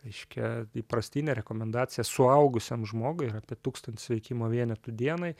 reiškia įprastinė rekomendacija suaugusiam žmogui yra apie tūkstantis veikimo vienetų dienai